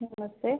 नमस्ते